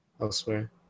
Elsewhere